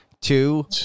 two